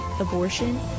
abortion